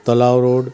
तलाव रोड